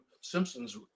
Simpson's